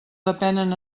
depenen